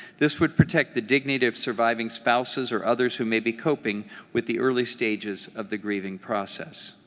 this would protect the dignity of surviving spouses or others who may be coping with the early stages of the grieving process.